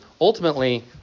ultimately